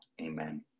Amen